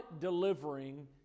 delivering